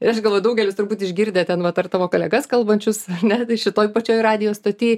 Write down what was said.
ir aš galvoju daugelis turbūt išgirdę ten vat ar tavo kolegas kalbančius ar ne tai šitoj pačioj radijo stoty